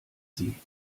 sie